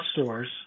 stores